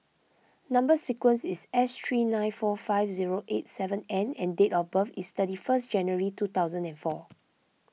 Number Sequence is S three nine four five zero eight seven N and date of birth is thirty first January two thousand and four